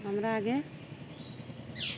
আমরা আগে